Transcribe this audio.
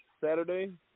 Saturday